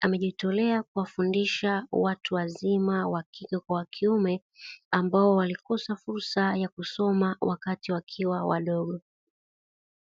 amejitolea kuwafundisha watu wazima wa kike na wa kiume, ambao walikosa fursa ya kusoma wakati wakiwa wadogo.